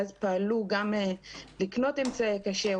ואז פעלו גם לקנות אמצעי קצה,